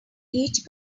each